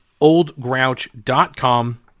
Oldgrouch.com